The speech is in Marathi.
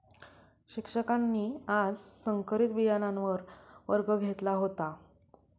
शिक्षकांनी आज संकरित बियाणांवर वर्ग घेतला होता